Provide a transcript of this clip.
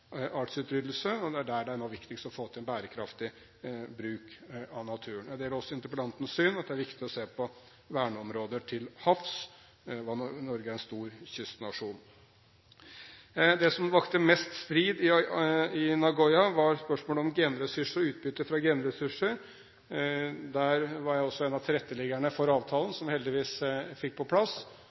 det nå er viktigst å få til en bærekraftig bruk av naturen. Jeg deler også interpellantens syn, at det er viktig å se på verneområder til havs. Norge er en stor kystnasjon. Det som vakte mest strid i Nagoya, var spørsmålet om genressurser og utbytte fra genressurser. Der var jeg også en av tilretteleggerne for avtalen som vi heldigvis fikk på plass,